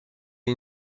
این